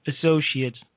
associates